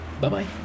Bye-bye